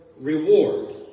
reward